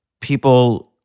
people